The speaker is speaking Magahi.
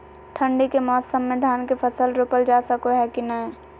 ठंडी के मौसम में धान के फसल रोपल जा सको है कि नय?